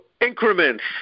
increments